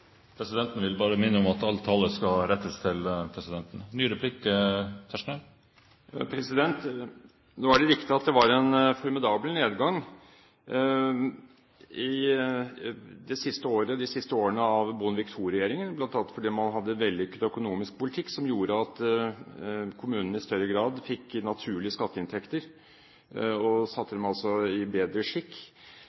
Presidenten vil bare minne om at all tale skal rettes til presidenten. Nå er det riktig at det var en formidabel nedgang de siste årene av Bondevik II-regjeringen, bl.a. fordi man hadde en vellykket økonomisk politikk som gjorde at kommunene i større grad fikk naturlige skatteinntekter,